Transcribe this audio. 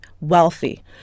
wealthy